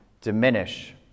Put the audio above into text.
diminish